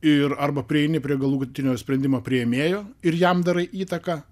ir arba prieini prie galutinio sprendimo priėmėjo ir jam darai įtaką